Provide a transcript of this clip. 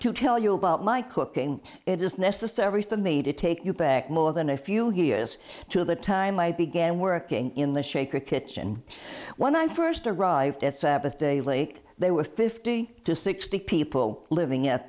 to tell you about my cooking it is necessary for me to take you back more than a few years to the time i began working in the shaker kitchen when i first arrived at sabbath daily there were fifty to sixty people living at